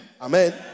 Amen